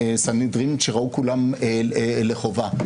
"סנהדרין שראו כולן לחובה",